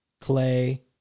Clay